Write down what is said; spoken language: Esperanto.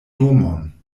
domon